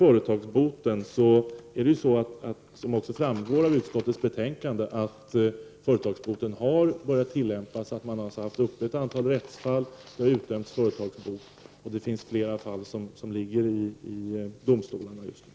Slutligen vill jag säga att man redan har börjat tillämpa lagstiftningen om företagsbot. I ett antal rättsfall har sådan utdömts, och fler fall är aktuella hos domstolarna just nu.